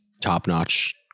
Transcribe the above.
top-notch